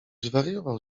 zwariował